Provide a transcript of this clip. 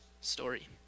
story